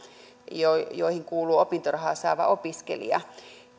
joihin kuuluu opintorahaa saava opiskelija